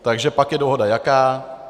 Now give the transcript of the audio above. Takže pak je dohoda jaká?